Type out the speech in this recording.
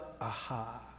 aha